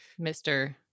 Mr